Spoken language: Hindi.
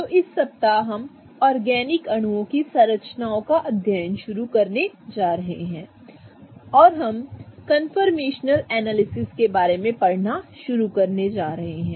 तो इस सप्ताह हम ऑर्गेनिक अणुओं की संरचनाओं का अध्ययन शुरू करने जा रहे हैं और हम कंफर्मेशनल एनालिसिस के बारे में पढ़ना शुरू करने जा रहे हैं